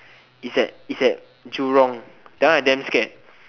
it's at it's at Jurong that one I damn scared